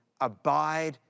abide